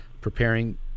preparing